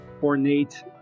ornate